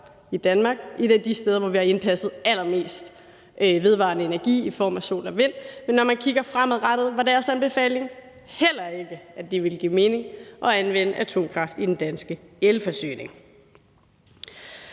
Danmark er et af de steder, hvor vi har indpasset allermest vedvarende energi i form af sol og vind. Men når man kigger fremad, er deres anbefaling heller ikke, at det ville give mening at anvende atomkraft i den danske elforsyning.